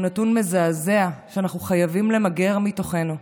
הוא נתון מזעזע שאנחנו חייבים למגר מתוכנו.